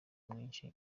mwinshi